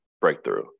breakthrough